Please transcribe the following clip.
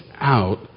out